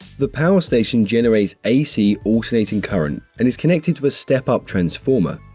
the power station generates ac alternating current and is connected to a step-up transformer.